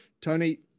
Tony